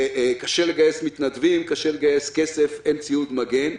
קשה לגייס מתנדבים, קשה לגייס כסף, אין ציוד מגן.